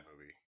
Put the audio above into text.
movie